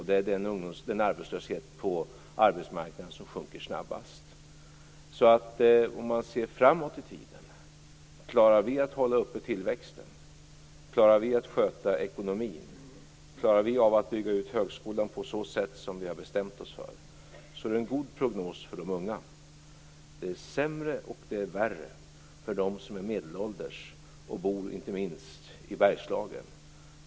Det är den arbetslöshet på arbetsmarknaden som sjunker snabbast. Klarar vi att hålla uppe tillväxten, sköta ekonomin och bygga ut högskolan på det sätt som vi har bestämt oss för är det en god prognos för de unga om man ser framåt i tiden. Det är värre för dem som är medelålders och bor inte minst i Bergslagen.